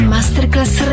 Masterclass